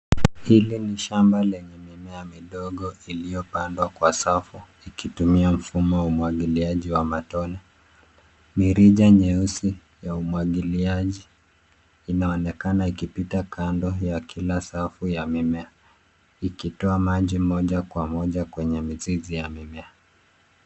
Hili ni shamba lenye mimea midogo iliyopandwa kwa safu ikitumia mfumo wa umwagiliaji wa matone. Mirija nyeusi ya umwagiliaji inaonekana ikipita kando ya kila safu ya mimea ikitoa maji moja kwa moja kwenye mizizi ya mimea.